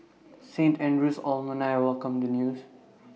Saint Andrew's alumni welcomed the news